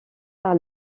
par